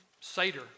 Seder